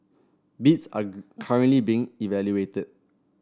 bids are currently being evaluated